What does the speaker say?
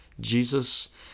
Jesus